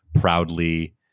proudly